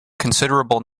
considerable